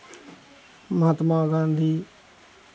Mahatma Gandhi